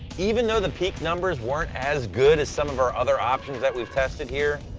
even though the peak numbers weren't as good as some of our other options that we've tested here,